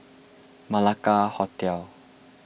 Malacca Hotel